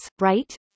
right